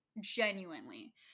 genuinely